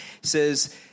says